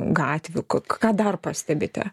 gatvių ką dar pastebite